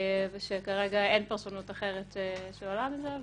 ושכרגע אין פרשנות אחרת שעולה מזה.